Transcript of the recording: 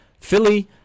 Philly